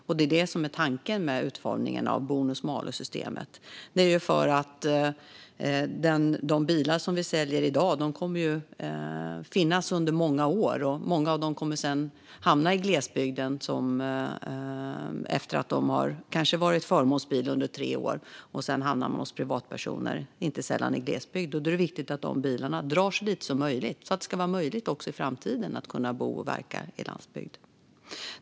Och det är det som är tanken med utformningen av bonus-malus-systemet. De bilar som säljs i dag kommer ju att finnas under många år, och många av dem kommer sedan att hamna i glesbygden. Efter att de kanske har varit förmånsbilar under tre år hamnar de hos privatpersoner, inte sällan i glesbygd. Då är det viktigt att bilarna drar så lite som möjligt, så att det ska vara möjligt också i framtiden att bo och verka i landsbygd.